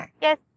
Yes